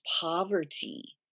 poverty